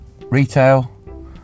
retail